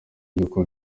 nkuko